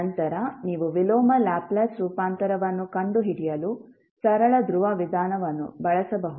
ನಂತರ ನೀವು ವಿಲೋಮ ಲ್ಯಾಪ್ಲೇಸ್ ರೂಪಾಂತರವನ್ನು ಕಂಡುಹಿಡಿಯಲು ಸರಳ ಧ್ರುವ ವಿಧಾನವನ್ನು ಬಳಸಬಹುದು